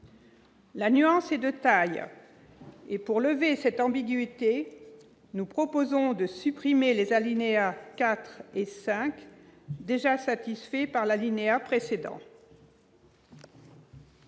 La nuance est de taille ! Pour lever cette ambiguïté, nous proposons de supprimer les alinéas 4 et 5, déjà satisfaits par l'alinéa précédent.